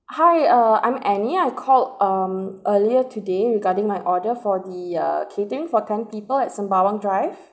hi err I'm annie I'm called um earlier today regarding my order for the uh catering for ten people at Sembawang drive